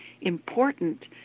important